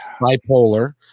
bipolar